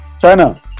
China